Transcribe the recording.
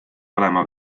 olema